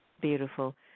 Beautiful